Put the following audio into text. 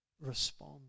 respond